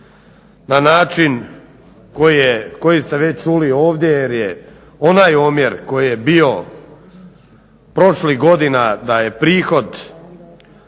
na način koji ste već čuli ovdje jer je onaj omjer koji je bio prošlih godina da je prihod